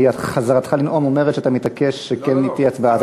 חזרתך לנאום אומרת שאתה מתעקש שכן תהיה הצבעה,